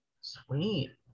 sweet